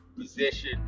position